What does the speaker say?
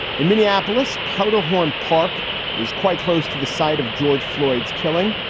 in minneapolis, powderhorn park is quite close to the site of george floyds killing.